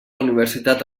universitat